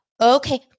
Okay